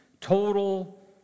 total